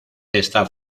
está